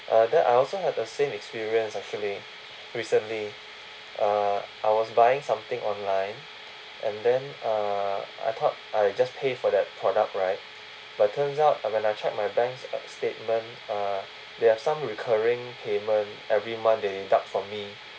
ah then I also have a same experience actually recently uh I was buying something online and then uh I thought I just pay for that product right but turns out when I checked my bank's statement uh they have some recurring payment every month they deduct from me